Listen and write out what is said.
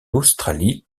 australie